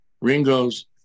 Ringo's